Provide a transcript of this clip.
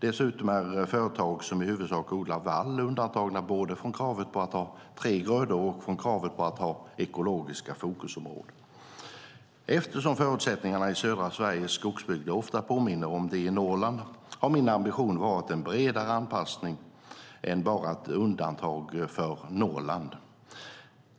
Dessutom är företag som i huvudsak odlar vall undantagna både från kravet på att ha tre grödor och från kravet på att ha ekologiska fokusområden. Eftersom förutsättningarna i södra Sveriges skogsbygder ofta påminner om de i Norrland har min ambition varit en bredare anpassning än bara ett undantag för Norrland.